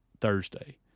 Thursday